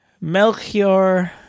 Melchior